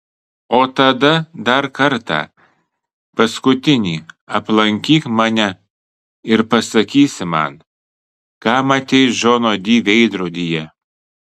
o tada dar kartą paskutinį aplankyk mane ir pasakysi man ką matei džono di veidrodyje